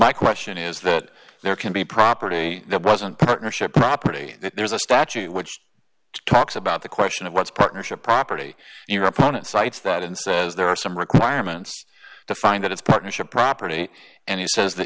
my question is that there can be property that wasn't partnership property there's a statute which talks about the question of what's partnership property your opponent cites that and says there are some requirements to find that it's partnership property and he says that